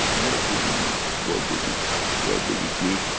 what do we need, what do we have, what do we give,